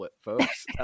folks